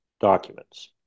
documents